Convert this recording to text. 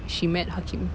she met hakim